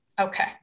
Okay